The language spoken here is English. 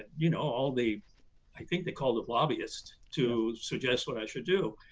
you know, all the i think they call them lobbyists to suggest what i should do.